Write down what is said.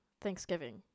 Thanksgiving